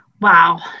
Wow